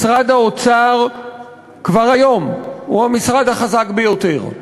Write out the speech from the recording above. משרד האוצר כבר היום הוא המשרד החזק ביותר.